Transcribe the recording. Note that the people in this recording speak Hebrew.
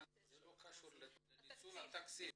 אבל זה לא קשור לניצול התקציב.